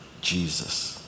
Jesus